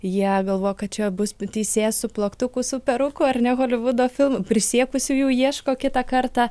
jie galvoja kad čia bus teisėjas su plaktuku su peruku ar ne holivudo filmų prisiekusiųjų ieško kitą kartą